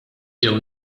jew